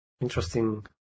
interesting